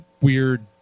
weird